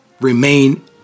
remain